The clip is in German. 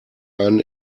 einen